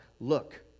look